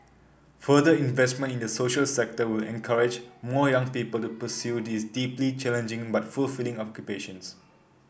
further investment in the social sector will encourage more young people to pursue these deeply challenging but fulfilling occupations